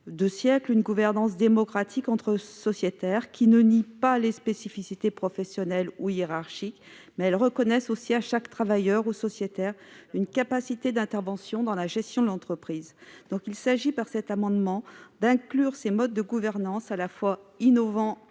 deux siècles une gouvernance démocratique entre sociétaires, qui ne nie pas les spécificités professionnelles ou hiérarchiques et qui reconnaît à chaque travailleur ou sociétaire une capacité d'intervention dans la gestion de l'entreprise. Il s'agit donc d'inclure ces modes de gouvernance à la fois innovants et